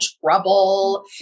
trouble